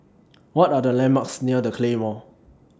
What Are The landmarks near The Claymore